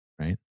right